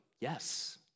yes